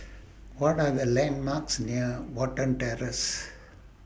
What Are The landmarks near Watten Terrace